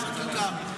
בחקיקה,